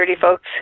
folks